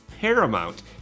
paramount